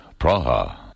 Praha